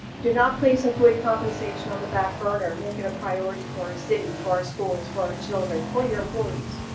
do not place employee compensation on the back burner, making a priority for our city for our schools, for our children, for your employees.